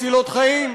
תרופות מצילות חיים,